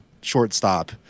shortstop